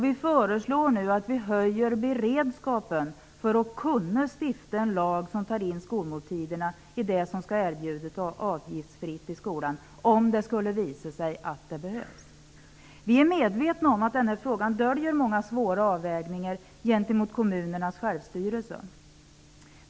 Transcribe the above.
Vi föreslår nu att beredskapen höjs för att man skall kunna stifta en lag som tar in skolmåltiderna i det som skall erbjudas avgiftsfritt i skolan, om det skulle visa sig att det behövs. Vi är medvetna om att denna fråga döljer många svåra avvägningar gentemot kommunernas självstyrelse.